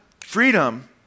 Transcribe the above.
freedom